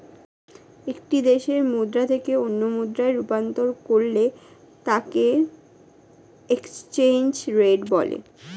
একটি দেশের মুদ্রা থেকে অন্য মুদ্রায় রূপান্তর করলে তাকেএক্সচেঞ্জ রেট বলে